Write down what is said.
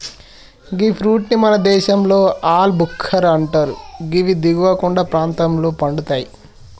గీ fruit ని మన దేశంలో ఆల్ భుక్కర్ అంటరు గివి దిగువ కొండ ప్రాంతంలో పండుతయి